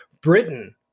Britain